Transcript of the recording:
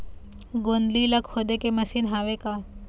गोंदली ला खोदे के मशीन हावे का?